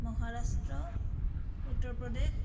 Maharashtra Uttar Pradesh